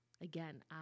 Again